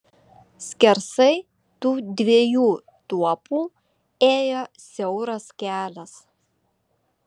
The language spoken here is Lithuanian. skersai tų dviejų tuopų ėjo siauras kelias